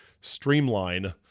streamline